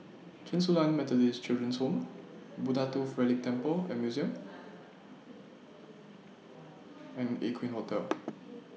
Chen Su Lan Methodist Children's Home Buddha Tooth Relic Temple and Museum and Aqueen Hotel